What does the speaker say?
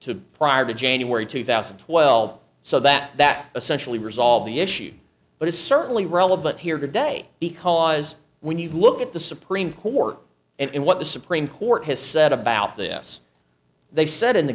to prior to january two thousand and twelve so that that essentially resolve the issue but it's certainly relevant here today because when you look at the supreme court and what the supreme court has said about this they said in the